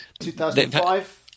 2005